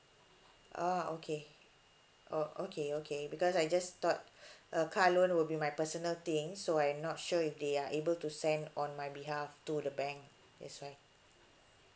ah okay oh okay okay because I just thought a car loan will be my personal thing so I'm not sure if they are able to send on my behalf to the bank that's why